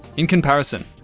in comparison,